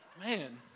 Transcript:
Man